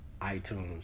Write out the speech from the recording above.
iTunes